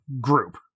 group